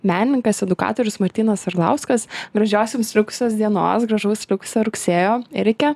menininkas edukatorius martynas arlauskas gražios jums likusios dienos gražaus likusio rugsėjo ir iki